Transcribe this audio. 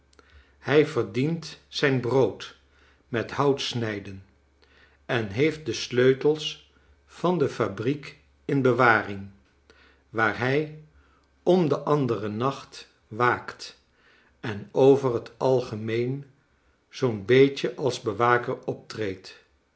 hij verdient zijn brood met houtsnijden en heeft de sleutels van de fabriek in bewaring waar hij om den anderen nacht waakt en over het algemeen zoo'n beetje als bewaker optreedt